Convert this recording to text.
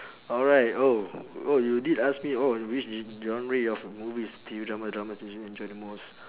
alright oh oh you did ask me oh which g~ genre of movies T_V drama dramas did you enjoy the most